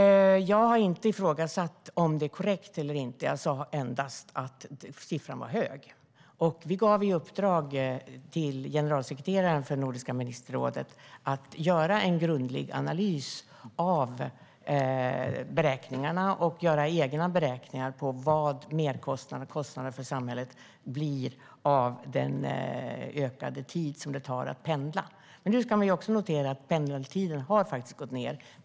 Jag har inte ifrågasatt om uppgiften är korrekt eller inte. Jag sa endast att siffran var hög. Vi gav i uppdrag till generalsekreteraren för Nordiska ministerrådet att göra en grundlig analys av beräkningarna och göra egna beräkningar av merkostnaderna och kostnaderna för samhället för den ökade tid som det tar att pendla. Man ska notera att pendeltiden faktiskt har gått ned.